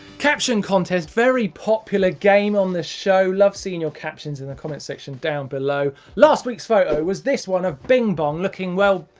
caption contest, very popular game on this show. love seeing your captions in the comments section down below. last week's photo was this one of bing bong looking, well,